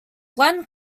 glynn